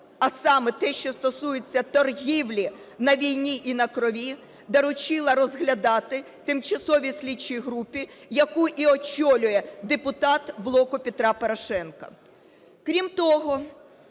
а саме те, що стосується торгівлі на війні і на крові, доручила розглядати тимчасовій слідчій групі, яку і очолює депутат "Блоку Петра Порошенка".